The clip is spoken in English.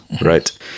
right